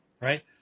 Right